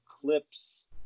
clips